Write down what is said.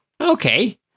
Okay